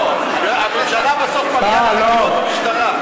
לא, הממשלה בסוף מגיעה לחקירות במשטרה.